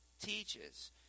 teaches